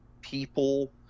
people